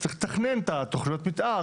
צריך לתכנן את תוכניות המתאר,